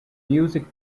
music